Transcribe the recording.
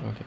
okay